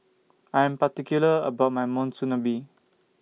I'm particular about My Monsunabe